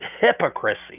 hypocrisy